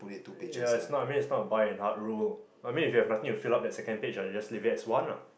ya it's not I mean it's not a by and hard rule I mean if you have nothing to fill up that second page ah you just leave it as one ah